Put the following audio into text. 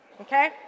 okay